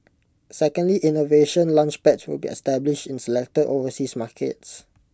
secondly innovation Launchpads will be established in selected overseas markets